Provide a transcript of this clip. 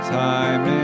time